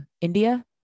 india